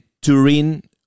Turin